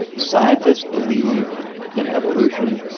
scientists believe in evolution,